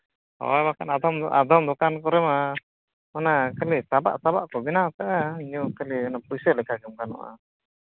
ᱦᱳᱭ ᱵᱟᱠᱷᱟᱱ ᱟᱫᱷᱚᱢ ᱫᱚ ᱟᱫᱷᱚᱢ ᱫᱳᱠᱟᱱ ᱠᱚᱨᱮ ᱢᱟ ᱚᱱᱟ ᱠᱷᱟᱹᱞᱤ ᱥᱟᱵᱟᱜ ᱥᱟᱵᱟᱜ ᱠᱚ ᱵᱮᱱᱟᱣ ᱠᱟᱜᱼᱟ ᱧᱩ ᱠᱷᱟᱹᱞᱤ ᱯᱩᱭᱥᱟᱹ ᱞᱮᱠᱷᱟ ᱜᱮᱢ ᱜᱟᱱᱚᱜᱼᱟ